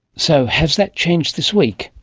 so, has that changed this week,